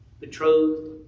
betrothed